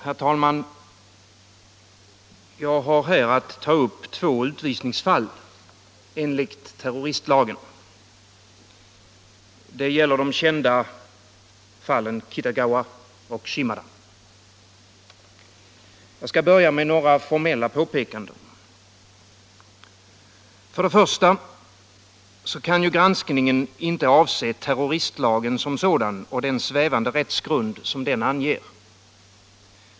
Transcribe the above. Herr talman! Jag har här att ta upp två utvisningsfall enligt terroristlagen. Det gäller de kända fallen Kitagawa och Shimada. Jag skall börja med några formella påpekanden. För det första: Granskningen kan inte avse terroristlagen som sådan och den svävande rättsgrund som den anger.